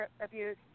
abuse